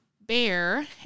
bear